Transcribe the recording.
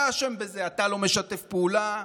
אתה אשם בזה, אתה לא משתף פעולה,